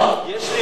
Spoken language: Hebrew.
לפנות?